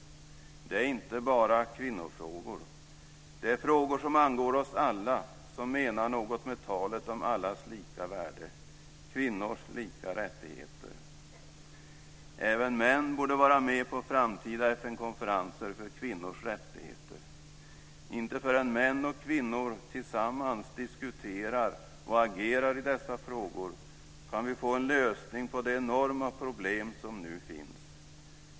Det är inte bara kvinnofrågor; det är frågor som angår oss alla som menar något med talet om allas lika värde och kvinnors lika rättigheter. Även män borde vara med på framtida FN konferenser för kvinnors rättigheter. Inte förrän män och kvinnor tillsammans diskuterar och agerar i dessa frågor kan vi få en lösning på de enorma problem som nu finns.